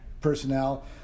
personnel